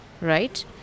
right